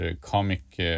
comic